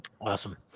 Awesome